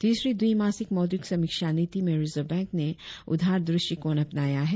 तीसरी द्विमासिक मौद्रिक समीक्षा नीति में रिजर्व बैंक ने उदार दृष्टिकोण अपनाया है